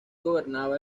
gobernaba